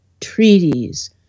treaties